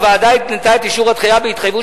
הוועדה התנתה את אישור הדחייה בהתחייבות